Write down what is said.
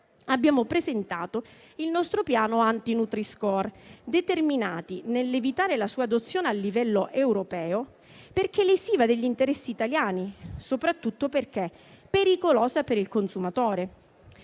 abbiamo presentato il nostro piano anti nutri-score, determinati ad evitare la sua adozione a livello europeo, perché lesiva degli interessi italiani e soprattutto perché pericolosa per il consumatore.